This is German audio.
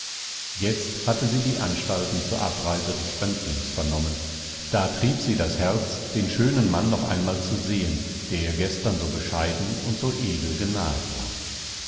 jetzt hatte sie die anstalten zur abreise des fremdlings vernommen da trieb sie das herz den schönen mann noch einmal zu sehen der ihr gestern so bescheiden und so edel genahet war